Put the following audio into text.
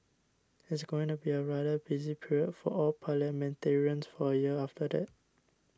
it's going to be a rather busy period for all parliamentarians for a year after day